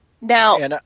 Now